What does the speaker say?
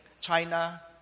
China